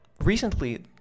Recently